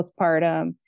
postpartum